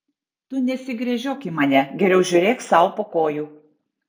tu nesigręžiok į mane geriau žiūrėk sau po kojų